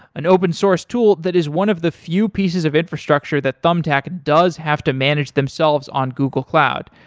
an open-source tool that is one of the few pieces of infrastructure that thumbtack does have to manage themselves on google cloud.